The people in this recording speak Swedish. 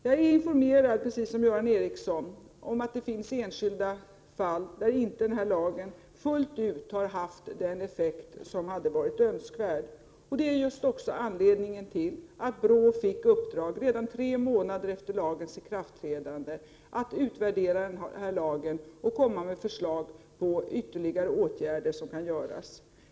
Jag är, precis som Göran Ericsson, informerad om att det finns enskilda fall där lagen inte fullt ut haft den effekt som hade varit önskvärd. Det är också anledningen till att BRÅ redan tre månader efter lagens ikraftträdande fick i uppdrag att utvärdera lagen och framlägga förslag till ytterligare åtgärder som kan vidtas.